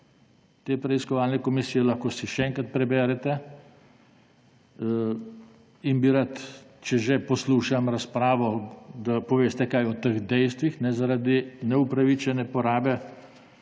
te preiskovalne komisije piše, lahko si še enkrat preberete. Rad bi, če že poslušam razpravo, da poveste kaj o teh dejstvih glede neupravičene porabe